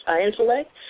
intellect